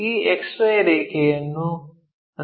ಈ XY ರೇಖೆಯನ್ನು ರಚಿಸೋಣ